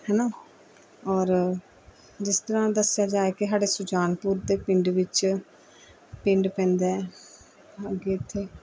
ਹੈ ਨਾ ਔਰ ਜਿਸ ਤਰ੍ਹਾਂ ਦੱਸਿਆ ਜਾਵੇ ਕਿ ਸਾਡੇ ਸੁਜਾਨਪੁਰ ਦੇ ਪਿੰਡ ਵਿੱਚ ਪਿੰਡ ਪੈਂਦਾ ਹੈ ਅੱਗੇ ਇੱਥੇ